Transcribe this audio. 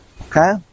Okay